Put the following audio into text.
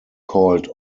called